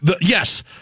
yes